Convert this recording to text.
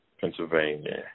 Pennsylvania